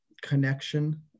connection